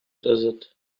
desert